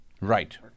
Right